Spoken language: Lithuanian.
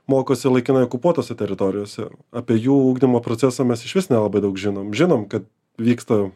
mokosi laikinai okupuotose teritorijose apie jų ugdymo procesą mes išvis nelabai daug žinom žinom kad vyksta